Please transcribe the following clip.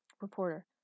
Reporter